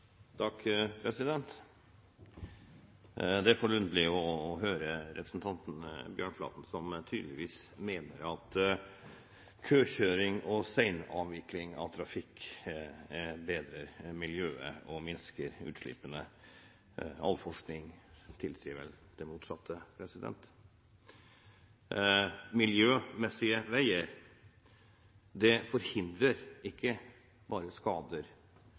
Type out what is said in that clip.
å høre representanten Bjørnflaten, som tydeligvis mener at køkjøring og sen avvikling av trafikk bedrer miljøet og minsker utslippene. All forskning tilsier vel det motsatte. Miljømessig gode veier forhindrer ikke bare skader